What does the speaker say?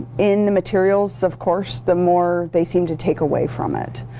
in the materials, of course, the more they seem to take away from it.